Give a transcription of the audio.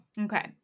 Okay